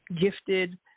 gifted